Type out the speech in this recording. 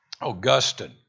Augustine